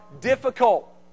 difficult